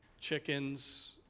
chickens